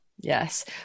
Yes